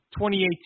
2018